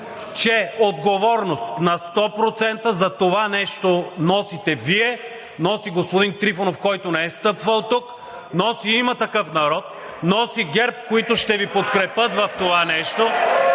че отговорност на 100% за това нещо носите Вие; носи господин Трифонов, който не е стъпвал тук; носи има „Има такъв народ“; носи ГЕРБ, които ще Ви подкрепят в това нещо